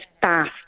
fast